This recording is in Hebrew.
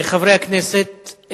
חברי הכנסת,